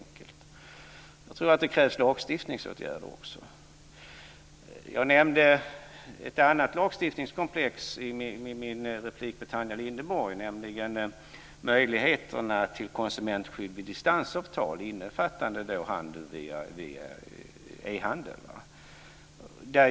Jag tror att det krävs lagstiftningsåtgärder också. Jag nämnde ett annat lagstiftningskomplex i min replik till Tanja Linderborg, nämligen möjligheterna till konsumentskydd vid distansavtal innefattande ehandeln.